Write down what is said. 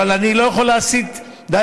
אבל אני לא יכול להסיט כספים